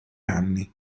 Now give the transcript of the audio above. anni